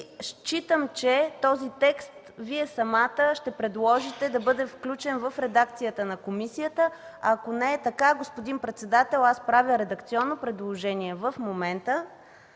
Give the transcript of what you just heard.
считам, че този текст Вие самата ще предложите да бъде включен в редакцията на комисията. Ако не е така, господин председател, аз правя редакционно предложение в момента